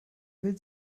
will